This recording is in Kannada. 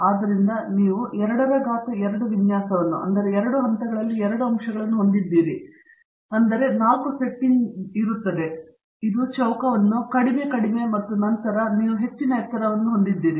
ಆದ್ದರಿಂದ ನೀವು 2 ಪವರ್ 2 ವಿನ್ಯಾಸವನ್ನು 2 ಹಂತಗಳಲ್ಲಿ 2 ಅಂಶಗಳನ್ನು ಹೊಂದಿದ್ದೀರಿ ಆದ್ದರಿಂದ ನೀವು 4 ಸೆಟ್ಟಿಂಗ್ಗಳನ್ನು ಹೊಂದಿದ್ದೀರಿ ಇದು ಚೌಕವನ್ನು ಕಡಿಮೆ ಕಡಿಮೆ ಮತ್ತು ನಂತರ ನೀವು ಹೆಚ್ಚಿನ ಎತ್ತರವನ್ನು ಹೊಂದಿದ್ದೀರಿ